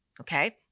okay